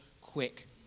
quick